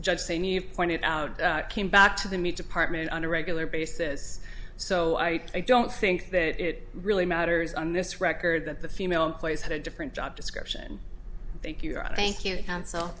of pointed out came back to the meat department on a regular basis so i don't think that it really matters on this record that the female employees had a different job description thank you god thank you and so